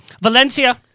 Valencia